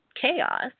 chaos